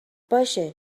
باشه